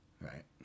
right